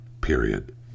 period